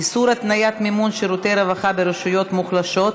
איסור התניית מימון שירותי רווחה ברשויות מוחלשות),